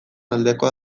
aldekoa